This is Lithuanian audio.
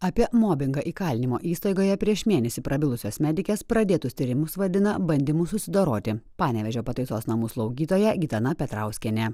apie mobingą įkalinimo įstaigoje prieš mėnesį prabilusios medikės pradėtus tyrimus vadina bandymu susidoroti panevėžio pataisos namų slaugytoja gitana petrauskienė